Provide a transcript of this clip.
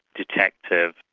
detective,